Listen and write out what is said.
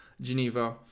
Geneva